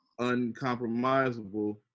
uncompromisable